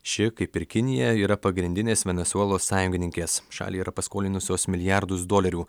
ši kaip ir kinija yra pagrindinės venesuelos sąjungininkės šaliai yra paskolinusios milijardus dolerių